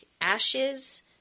ashes